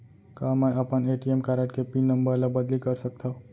का मैं अपन ए.टी.एम कारड के पिन नम्बर ल बदली कर सकथव?